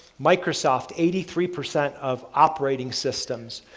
microsoft eighty three percent of operating systems.